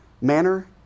manner